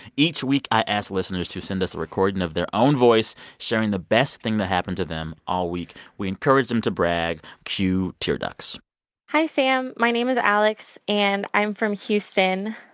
each week, i ask listeners to send us a recording of their own voice sharing the best thing that happened to them all week. we encourage them to brag. cue tear ducts hi, sam. my name is alex. and i'm from houston.